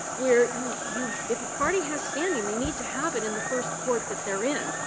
where you you if a party has standing, they need to have it in the first court that they're in,